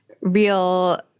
real